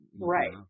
Right